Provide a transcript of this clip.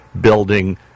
building